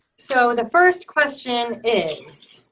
so the first question is